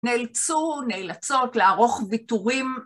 נאלצו, נאלצות, לערוך ויתורים.